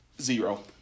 Zero